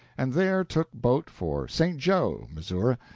and there took boat for st. jo, missouri,